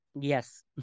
yes